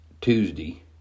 Tuesday